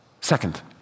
Second